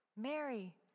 Mary